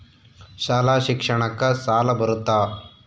ಶಾಲಾ ಶಿಕ್ಷಣಕ್ಕ ಸಾಲ ಬರುತ್ತಾ?